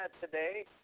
today